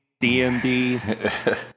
DMD